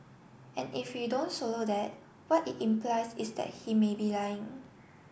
and if we don't slow that what it implies is that he may be lying